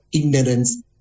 ignorance